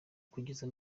kugeza